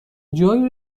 جایی